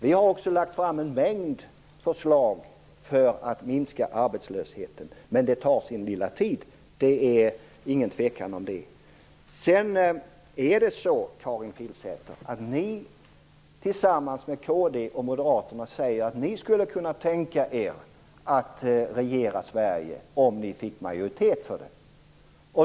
Vi har också lagt fram en mängd förslag för att minska arbetslösheten. Men det tar sin lilla tid. Det är inget tvivel om det. Kristdemokraterna och Moderaterna säger att ni skulle kunna tänka er att regera Sverige om ni fick majoritet för det.